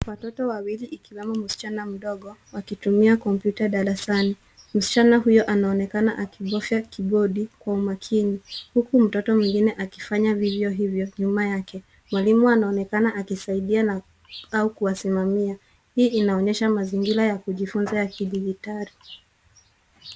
Watoto wawili ikiwemo msichana mdogo wakitumia kompyuta darasani. Msichana huyo anaonekana akibofya kibodi kwa umakini hiku mtoto mwingine akifanya vivyo hivyo nyuma yake. Mwalimu ansonekana akisaidia au kuwasimamia hii inaonyesha mazingira ya kujifunza ya kidigitali.